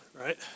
right